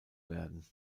werden